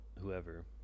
whoever